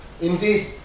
indeed